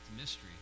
mystery